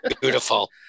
Beautiful